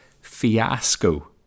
fiasco